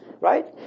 Right